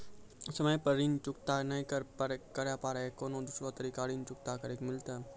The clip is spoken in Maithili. समय पर ऋण चुकता नै करे पर कोनो दूसरा तरीका ऋण चुकता करे के मिलतै?